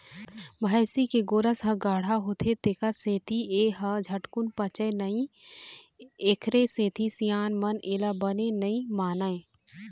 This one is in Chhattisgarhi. भइसी के गोरस ह गाड़हा होथे तेखर सेती ए ह झटकून पचय नई एखरे सेती सियान मन एला बने नइ मानय